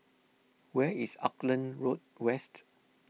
where is Auckland Road West